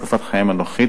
בתקופת חייהם הנוכחית,